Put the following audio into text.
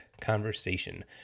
Conversation